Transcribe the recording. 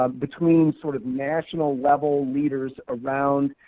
um between sort of national level leaders around